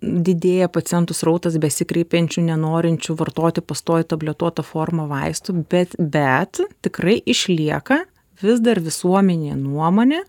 didėja pacientų srautas besikreipiančių nenorinčių vartoti pastoviai tabletuota forma vaistų bet bet tikrai išlieka vis dar visuomenėj nuomonė